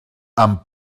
amb